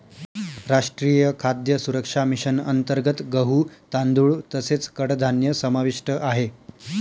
राष्ट्रीय खाद्य सुरक्षा मिशन अंतर्गत गहू, तांदूळ तसेच कडधान्य समाविष्ट आहे